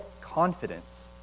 confidence